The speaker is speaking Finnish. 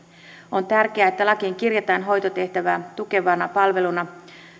on tärkeää että lakiin kirjataan hoitotehtävää tukevana palveluna